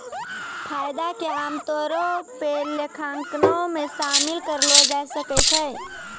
फायदा के आमतौरो पे लेखांकनो मे शामिल करलो जाय सकै छै